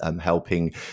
helping